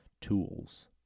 tools